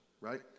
right